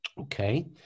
Okay